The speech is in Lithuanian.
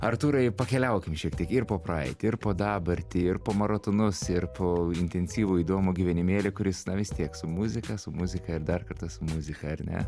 artūrai pakeliaukim šiek tiek ir po praeitį ir po dabartį ir po maratonus ir po intensyvų įdomų gyvenimėlį kuris na vis tiek su muzika su muzika ir dar kartą su muzika ar ne